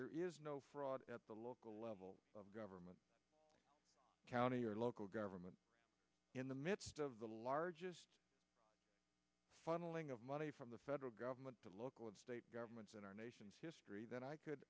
there is no fraud at the local level of government county or local government in the midst of the largest funneling of money from the federal government to local and state governments in our nation's history then i could